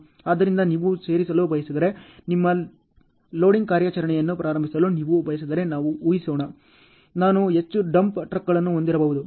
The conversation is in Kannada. ಆದ್ದರಿಂದ ನೀವು ಸೇರಿಸಲು ಬಯಸಿದರೆ ನಿಮ್ಮ ಲೋಡಿಂಗ್ ಕಾರ್ಯಾಚರಣೆಯನ್ನು ಪ್ರಾರಂಭಿಸಲು ನೀವು ಬಯಸಿದರೆ ನಾವು ಊಹಿಸೋಣ ನಾನು ಹೆಚ್ಚು ಡಂಪ್ ಟ್ರಕ್ಗಳನ್ನು ಹೊಂದಿರಬಹುದು